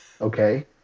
okay